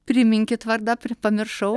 priminkit vardą pamiršau